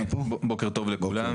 כן, בוקר טוב לכולם.